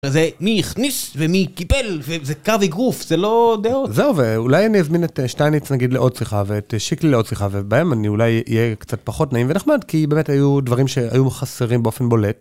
זה מי הכניס ומי קיפל, זה קו אגרוף, זה לא דעות. זהו, ואולי אני אזמין את שטייניץ נגיד לעוד שיחה ואת שיקלי לעוד שיחה, ובהם אני אולי אהיה קצת פחות נעים ונחמד, כי באמת היו דברים שהיו חסרים באופן בולט.